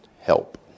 help